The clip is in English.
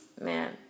man